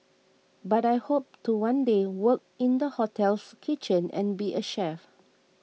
but I hope to one day work in the hotel's kitchen and be a chef